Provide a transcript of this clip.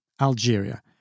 Algeria